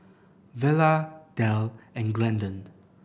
Vella Delle and Glendon